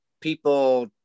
people